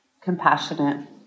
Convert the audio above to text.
compassionate